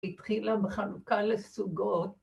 ‫התחילה בחנוכה לסוגות.